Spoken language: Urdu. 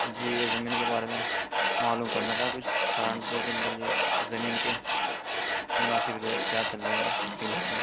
جی یہ زمین کے بارے میں معلوم کرنا تھا کچھ سہارنپور کے اندر یہ زمین کے مناسب ریٹ کیا چل رہے ہیں فی الحال